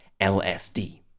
LSD